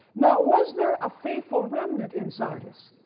now was there a faithful remnant in sardis?